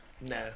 No